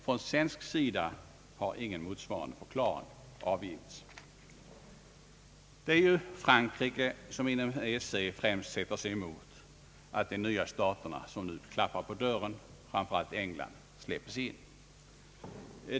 Från Sverige har emellertid ingen motsvarande förklaring avgivits. Det är ju Frankrike som inom EEC främst sätter sig emot att de nya stater som nu klappar på dörren, framför allt England, släpps in.